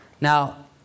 Now